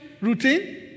routine